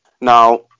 Now